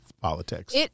politics